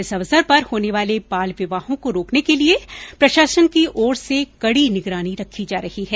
इस अवसर पर होने वाले बाल विवाहों को रोकने के लिए प्रशासन की ओर से कडी निगरानी रखी जा रही है